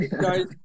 guys